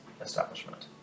establishment